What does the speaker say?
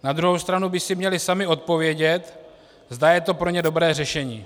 Na druhou stranu by si měli sami odpovědět, zda je to pro ně dobré řešení.